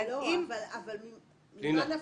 ממה נפשך,